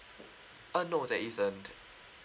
uh no that isn't